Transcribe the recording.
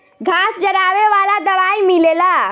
घास जरावे वाला दवाई मिलेला